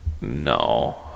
No